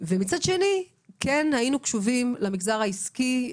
ומצד שני כן היינו קשובים למגזר העסקי,